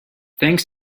thanks